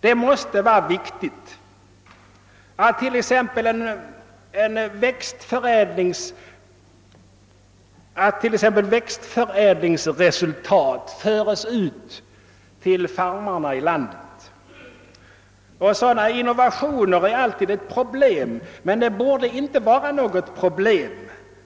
Det måste vara viktigt att t.ex. växtförädlingsresultat förs ut till farmarna i landet. Sådana innovationer är alltid ett problem, men det borde inte vara något problem